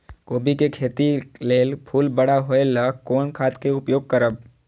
कोबी के खेती लेल फुल बड़ा होय ल कोन खाद के उपयोग करब?